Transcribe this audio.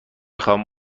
خواهم